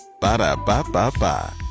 Ba-da-ba-ba-ba